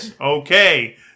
okay